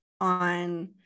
on